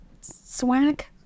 swag